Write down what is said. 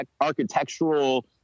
architectural